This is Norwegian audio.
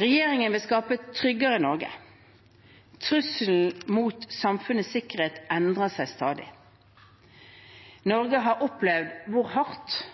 Regjeringen vil skape et tryggere Norge. Truslene mot samfunnets sikkerhet endrer seg stadig. Norge har opplevd hvor hardt